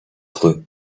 clue